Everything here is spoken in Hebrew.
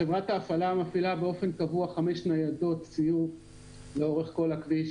חברת ההפעלה מפעילה באופן קבוע חמש ניידות סיור לאורך כל הכביש,